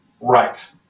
right